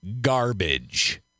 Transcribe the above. Garbage